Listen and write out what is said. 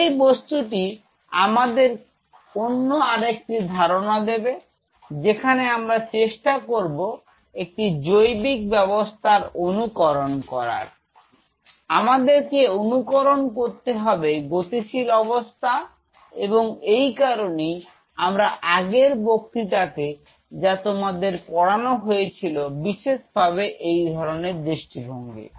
এই বস্তুটি আমাদের অন্য আরেকটি ধারণা দেবে যেখানে আমরা চেষ্টা করব একটি জৈবিক ব্যবস্থার অনুকরণ করার আমাদেরকে অনুকরণ করতে হবে গতিশীল অবস্থা এবং এই কারনেই আমরা আগের বক্তৃতাতে যা তোমাদের পড়ানো হয়েছিল বিশেষভাবে এই ধরনের দৃষ্টিভঙ্গি